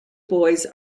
boys